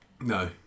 No